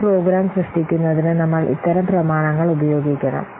ഒരു പ്രോഗ്രാം സൃഷ്ടിക്കുന്നതിന് നമ്മൾ ഇത്തരം പ്രമാണങ്ങൾ ഉപയോഗിക്കണം